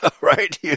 right